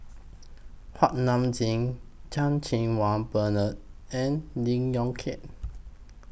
Kuak Nam Jin Chan Cheng Wah Bernard and Lee Yong Kiat